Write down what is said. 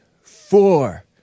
four